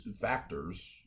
factors